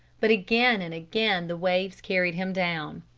but again and again the waves carried him down.